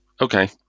okay